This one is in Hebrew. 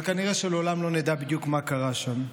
אבל כנראה לעולם לא נדע בדיוק מה קרה שם,